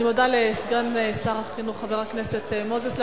אני מודה לסגן שר החינוך חבר הכנסת מוזס.